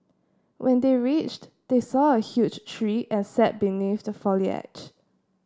when they reached they saw a huge tree and sat beneath the foliage